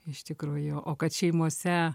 iš tikrųjų o kad šeimose